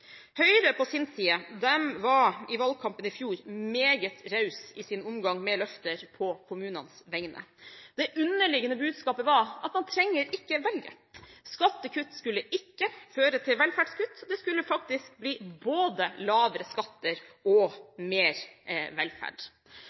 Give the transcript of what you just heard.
Høyre på sin side var i valgkampen i fjor meget raus i sin omgang med løfter på kommunenes vegne. Det underliggende budskapet var at man trenger ikke å velge. Skattekutt skulle ikke føre til velferdskutt, det skulle faktisk bli både lavere skatter og mer velferd.